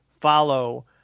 Follow